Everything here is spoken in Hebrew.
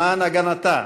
למען הגנתה,